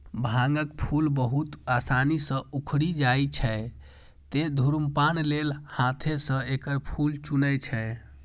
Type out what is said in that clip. भांगक फूल बहुत आसानी सं उखड़ि जाइ छै, तें धुम्रपान लेल हाथें सं एकर फूल चुनै छै